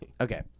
Okay